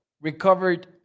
recovered